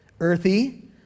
earthy